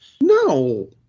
No